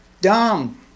dumb